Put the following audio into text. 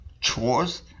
chores